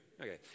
Okay